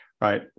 right